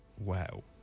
wow